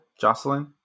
Jocelyn